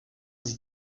sie